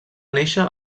néixer